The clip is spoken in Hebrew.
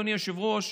אדוני היושב-ראש,